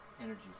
energy